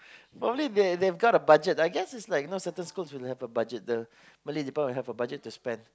but only they've they've got a budget I guess certain schools have a budget the Malay department will have a certain budget to spend